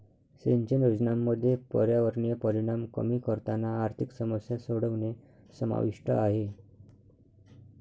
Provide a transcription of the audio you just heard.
सिंचन योजनांमध्ये पर्यावरणीय परिणाम कमी करताना आर्थिक समस्या सोडवणे समाविष्ट आहे